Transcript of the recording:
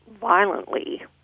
violently